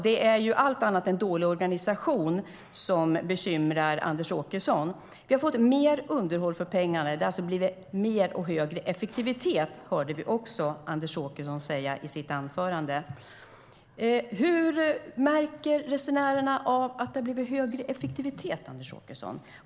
Det är alltså allt annat än dålig organisation som bekymrar Anders Åkesson. Vi har fått mer underhåll för pengarna. Det har alltså blivit mer och högre effektivitet, hörde vi också Anders Åkesson säga i sitt anförande. Hur märker resenärerna av att det har blivit högre effektivitet, Anders Åkesson?